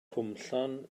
cwmllan